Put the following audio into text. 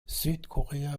südkorea